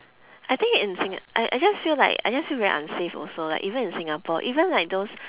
I think in singa~ I I just feel like I just feel very unsafe also like even in singapore even like those